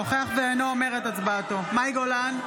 נוכח ולא אומר את הצבעתו מאי גולן,